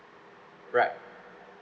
right